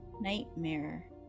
nightmare